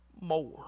more